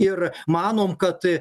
ir manom kad